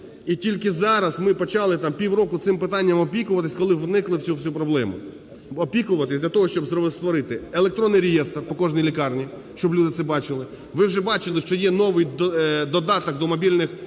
і тільки зараз ми почали, там, півроку цим питання опікуватись, коли вникли в цю всю проблему, опікуватись для того, щоб створити електронний реєстр по кожній лікарні, щоб люди це бачили. Ви вже бачили, що є новий додаток до мобільних пристроїв,